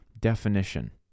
definition